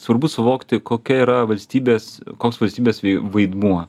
svarbu suvokti kokia yra valstybės koks valstybės vaidmuo